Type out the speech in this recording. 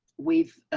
we've